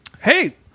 hey